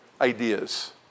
ideas